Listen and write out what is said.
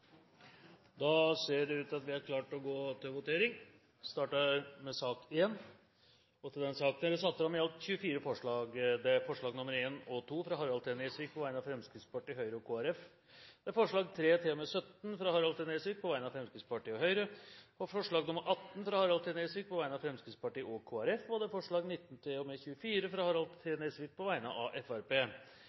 Da skal Stortinget votere i sakene nr. 1–8. Under debatten er det satt fram i alt 24 forslag. Det er forslagene nr. 1 og 2, fra Harald T. Nesvik på vegne av Fremskrittspartiet, Høyre og Kristelig Folkeparti forslagene nr. 3–17, fra Harald T. Nesvik på vegne av Fremskrittspartiet og Høyre forslag nr. 18, fra Harald T. Nesvik på vegne av Fremskrittspartiet og Kristelig Folkeparti forslagene nr. 19–24, fra Harald T. Nesvik på vegne av